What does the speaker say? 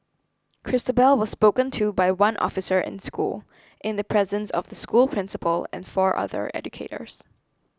Christabel was spoken to by one officer in school in the presence of the school principal and four other educators